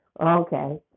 okay